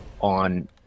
on